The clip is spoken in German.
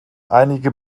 einige